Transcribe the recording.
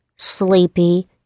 Sleepy